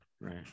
Right